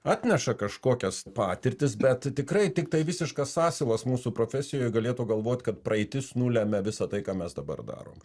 atneša kažkokias patirtis bet tikrai tiktai visiškas asilas mūsų profesijoj galėtų galvot kad praeitis nulemia visa tai ką mes dabar darome